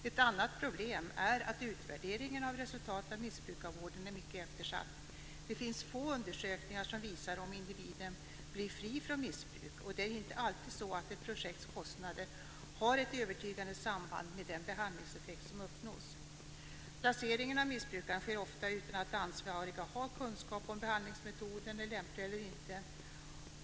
Ett annat problem är att utvärderingen av resultaten av missbrukarvården är mycket eftersatt. Det finns få undersökningar som visar om individen blir fri från missbruk. Det är inte alltid så att ett projekts kostnader har ett övertygande samband med den behandlingseffekt som uppnås. Placeringen av missbrukaren sker ofta utan att de ansvariga har kunskap om behandlingsmetoden är lämplig eller inte.